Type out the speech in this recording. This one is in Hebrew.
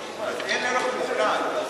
אז אין ערך מוחלט.